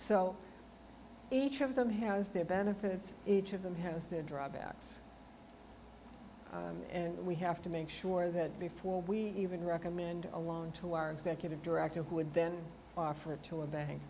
so each of them has their benefits each of them has their drawbacks and we have to make sure that before we even recommend a loan to our executive director who would then offer it to a bank